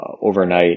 overnight